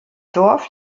dorf